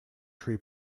tree